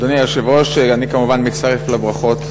אדוני היושב-ראש, אני כמובן מצטרף לברכות